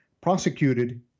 prosecuted